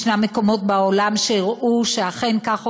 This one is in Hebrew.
יש מקומות בעולם שהראו שאכן כך עובדים.